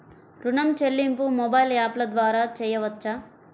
ఋణం చెల్లింపు మొబైల్ యాప్ల ద్వార చేయవచ్చా?